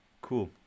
Cool